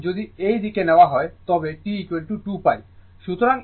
T যদি এই দিকে নেওয়া হয় তবে T 2π